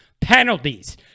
penalties